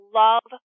love